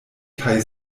kaj